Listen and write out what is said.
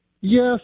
Yes